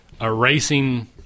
erasing